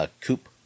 coupe